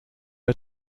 are